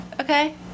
Okay